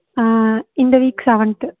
ஆ இந்த week seventh